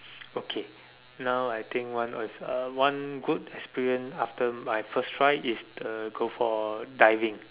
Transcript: okay now I think one is uh one good experience after my first try is uh go for diving